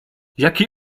jaki